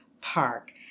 Park